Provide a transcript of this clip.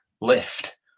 lift